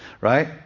right